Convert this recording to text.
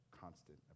constant